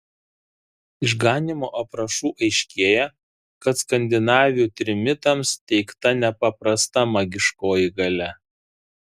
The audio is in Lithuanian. iš ganymo aprašų aiškėja kad skandinavių trimitams teikta nepaprasta magiškoji galia